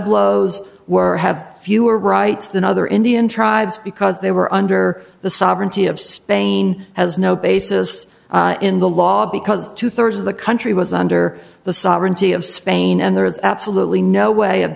the were have fewer rights than other indian tribes because they were under the sovereignty of spain has no basis in the law because two thirds of the country was under the sovereignty of spain and there is absolutely no way of